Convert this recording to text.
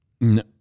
No